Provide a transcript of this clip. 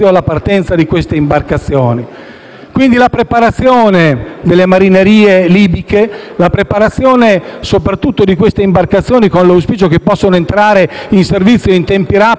la preparazione delle marinerie libiche e, soprattutto, di quelle imbarcazioni, con l'auspicio che possano entrare in servizio in tempi rapidi.